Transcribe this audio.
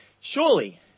surely